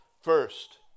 First